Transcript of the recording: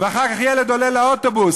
ואחר כך ילד עולה לאוטובוס,